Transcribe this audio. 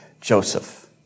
Joseph